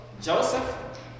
Joseph